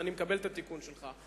אני מקבל את התיקון שלך.